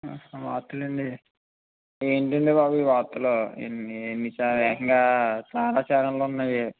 వార్తలండి ఏంటండి బాబు ఈ వార్తలు ఎన్ని ఎన్ని ఏకంగా చాలా ఛానెళ్లు ఉన్నాయి